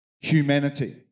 humanity